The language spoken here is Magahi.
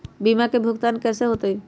बीमा के भुगतान कैसे होतइ?